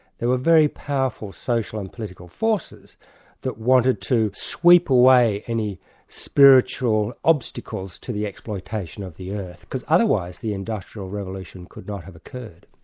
there were very powerful social and political forces that wanted to sweep away any spiritual obstacles to the exploitation of the earth, because otherwise the industrial revolution could not have occurred.